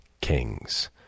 Kings